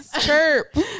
chirp